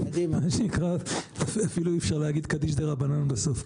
מה שנקרא, אפילו אי אפשר להגיד קדיש דרבנן בסוף.